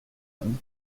him